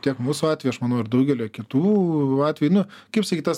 tiek mūsų atveju aš manau ir daugelio kitų atveju kaip sakyt tas